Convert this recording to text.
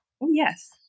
Yes